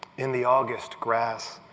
in the august grass,